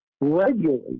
regularly